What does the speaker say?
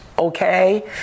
okay